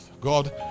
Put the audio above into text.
God